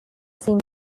seem